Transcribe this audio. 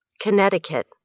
Connecticut